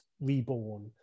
reborn